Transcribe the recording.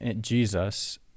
Jesus